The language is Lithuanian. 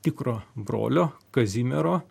tikro brolio kazimiero